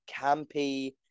campy